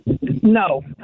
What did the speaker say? No